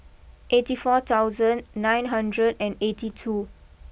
eighty four thousand nine hundred and eighty two